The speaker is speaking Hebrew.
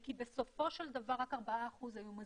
כי בסופו של דבר רק 4% היו מזוהים.